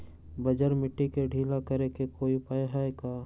बंजर मिट्टी के ढीला करेके कोई उपाय है का?